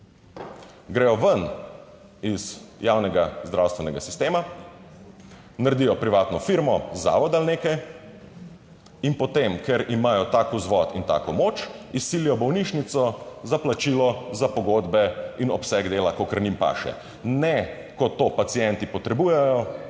gredo ven iz javnega zdravstvenega sistema, naredijo privatno firmo, zavod ali nekaj in potem, ker imajo tak vzvod in tako moč, izsilijo bolnišnico za plačilo za pogodbe in obseg dela, kakor njim paše - ne ko to pacienti potrebujejo,